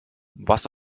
was